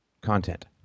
content